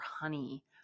honey